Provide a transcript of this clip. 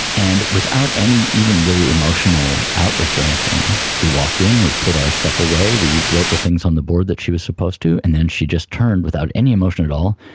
and without any even really emotional outburst or anything, we walked in, we put our stuff away, we wrote the things on the board that she was supposed to, and then she just turned without any emotion at all,